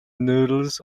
noodles